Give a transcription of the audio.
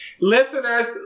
Listeners